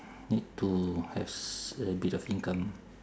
need to have s~ a bit of income